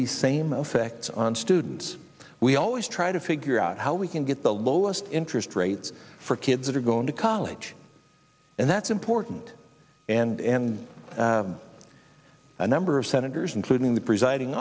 the same effect on students we always try to figure out how we can get the lowest interest rates for kids that are going to college and that's important and a number of senators including the presiding